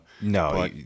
No